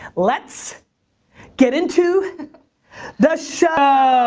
let's get into the show.